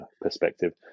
perspective